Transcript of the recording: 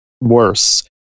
worse